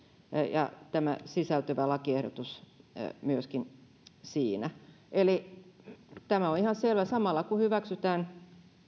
ja tämä lakiehdotus sisältyy myöskin siihen eli tämä on ihan selvää samalla kun hyväksytään